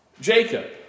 Jacob